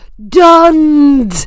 done